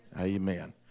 Amen